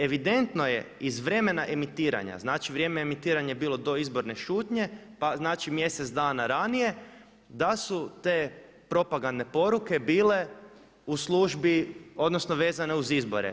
Evidentno je iz vremena emitiranja, znači vrijeme emitiranja je bilo do izborne šutnje, pa znači mjesec dana ranije da su te propagandne poruke bile u službi, odnosno vezane uz izbore.